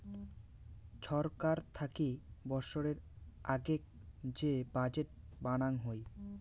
ছরকার থাকি বৎসরের আগেক যে বাজেট বানাং হই